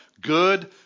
good